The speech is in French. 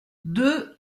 deux